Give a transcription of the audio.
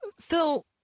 Phil